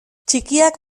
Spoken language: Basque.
txikiak